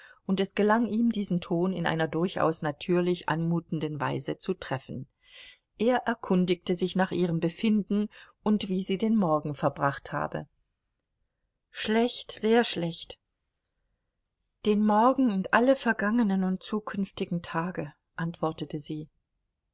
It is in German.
und es gelang ihm diesen ton in einer durchaus natürlich anmutenden weise zu treffen er erkundigte sich nach ihrem befinden und wie sie den morgen verbracht habe schlecht sehr schlecht den morgen und alle vergangenen und zukünftigen tage antwortete sie